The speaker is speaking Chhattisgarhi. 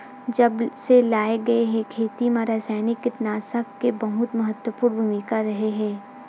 जब से लाए गए हे, खेती मा रासायनिक कीटनाशक के बहुत महत्वपूर्ण भूमिका रहे हे